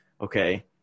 okay